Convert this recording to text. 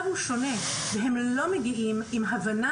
יהיה קשה להתמודד עם